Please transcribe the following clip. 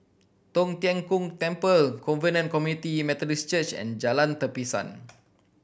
Tong Tien Kung Temple Covenant Community Methodist Church and Jalan Tapisan